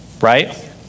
right